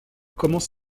commence